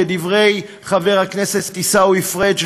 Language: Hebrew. כדברי חבר הכנסת עיסאווי פריג'.